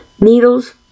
needles